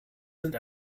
sind